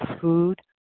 food